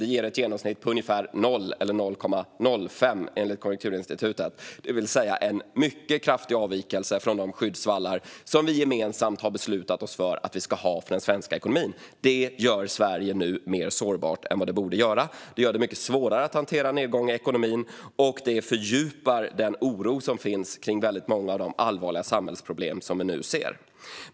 Det ger ett genomsnitt på ungefär 0 eller 0,05 procent, enligt Konjunkturinstitutet, det vill säga en mycket kraftig avvikelse från de skyddsvallar som vi gemensamt har beslutat att ha för den svenska ekonomin. Det gör Sverige nu mer sårbart än vad vi borde vara, det gör det mycket svårare att hantera nedgång i ekonomin och det fördjupar den oro som finns kring väldigt många av de allvarliga samhällsproblem som vi nu ser.